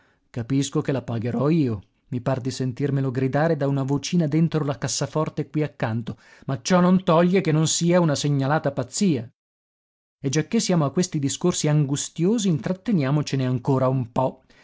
capisco che la pagherò io mi par di sentirmelo gridare da una vocina dentro la cassaforte qui accanto ma ciò non toglie che non sia una segnalata pazzia e giacché siamo a questi discorsi angustiosi intratteniamocene ancora un po